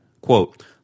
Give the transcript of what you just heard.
Quote